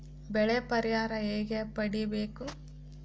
ಬೆಳೆ ಪರಿಹಾರ ಹೇಗೆ ಪಡಿಬೇಕು?